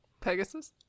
Pegasus